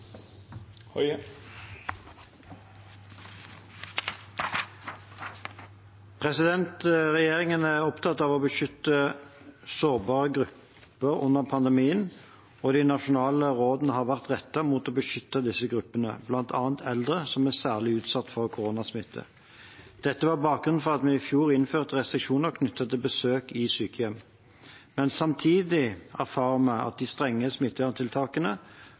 Regjeringen er opptatt av å beskytte sårbare grupper under pandemien, og de nasjonale rådene har vært rettet mot å beskytte disse gruppene, bl.a. eldre, som er særlig utsatt for koronasmitte. Dette var bakgrunnen for at vi i fjor innførte restriksjoner knyttet til besøk i sykehjem. Samtidig erfarer vi at de